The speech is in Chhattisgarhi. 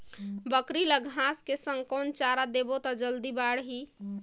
बकरी ल घांस के संग कौन चारा देबो त जल्दी बढाही?